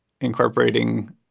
incorporating